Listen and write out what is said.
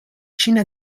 ĉina